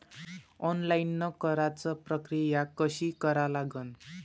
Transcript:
Online कराच प्रक्रिया कशी करा लागन?